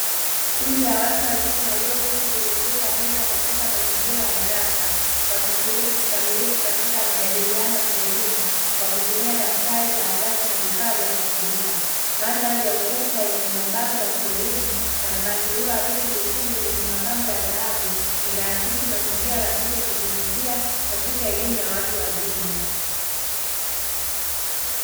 Kundi la watu wazima walioketi kuzunguka meza katika mazingira ya darasa wakishiriki kikamilifu katika majadiliano ya kielimu kwa kutumia daftari karatasi na vifaa vya kuandika. Mandhari ya ukuta yenye mabango ya kielimu na mpangilio wa viti vyekundu vyenye mapambo ya dhahabu inaakisi mazingira rafiki ya kujifunzia katika elimu ya watu wazima.